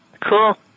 Cool